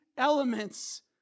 elements